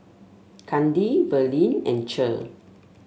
Kandi Verlin and Cher